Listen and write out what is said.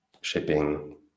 Shipping